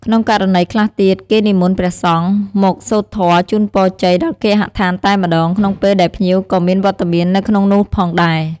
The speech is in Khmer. ក្នុងករណីខ្លះទៀត គេនិមន្តព្រះសង្ឃមកសូត្រធម៌ជូនពរជ័យដល់គេហដ្ឋានតែម្ដង ក្នុងពេលដែលភ្ញៀវក៏មានវត្តមាននៅក្នុងនោះផងដែរ។